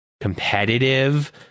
competitive